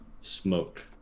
smoked